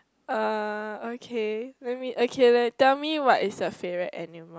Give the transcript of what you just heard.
uh okay let me okay tell me what is your favourite animal